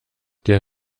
der